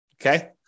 Okay